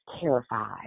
terrified